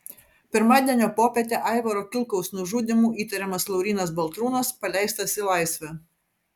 pirmadienio popietę aivaro kilkaus nužudymu įtariamas laurynas baltrūnas paleistas į laisvę